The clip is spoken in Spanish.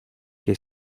que